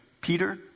Peter